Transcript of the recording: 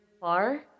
far